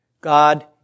God